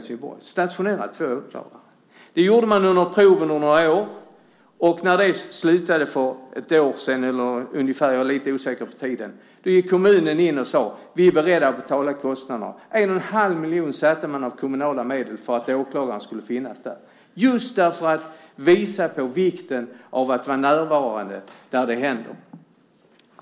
Det gjorde man på prov under några år. När det upphörde för ungefär ett år sedan gick kommunen in och sade att man är beredd att betala kostnaderna. Man avsatte 1 1⁄2 miljon av kommunala medel för att det skulle finnas en åklagare där, just för att visa på vikten av att vara närvarande där det händer något.